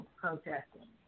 protesting